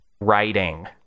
writing